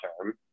term